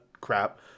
crap